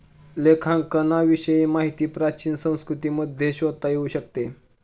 लेखांकनाविषयी माहिती प्राचीन संस्कृतींमध्ये शोधता येऊ शकते